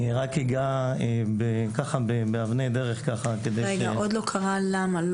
אני רק אגע ככה באבני דרך --- עוד לא קרה למה?